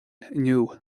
inniu